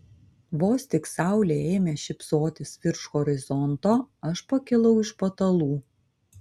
vos tik saulė ėmė šypsotis virš horizonto aš pakilau iš patalų